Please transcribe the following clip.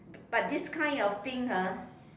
but this kind of thing ah